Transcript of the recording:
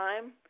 time